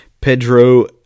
pedro